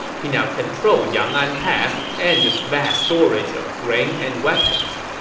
he now controlled yang'an pass and its vast storage of grain and weapons.